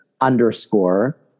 underscore